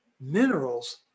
minerals